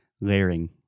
Layering